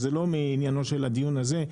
זה לא מעניינו של הדיון הזה,